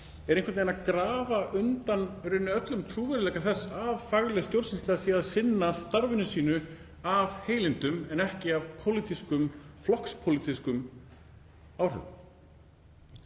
er einhvern veginn að grafa undan öllum trúverðugleika þess að fagleg stjórnsýsla sé að sinna starfi sínu af heilindum en ekki af pólitískum, flokkspólitískum ástæðum.